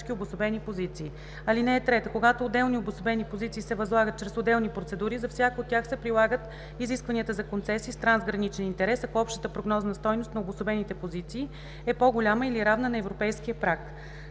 позиции. (3) Когато отделни обособени позиции се възлагат чрез отделни процедури, за всяка от тях се прилагат изискванията за концесии с трансграничен интерес, ако общата прогнозна стойност на обособените позиции е по-голяма или равна на европейския праг.“